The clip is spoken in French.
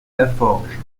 laforge